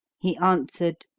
he answered,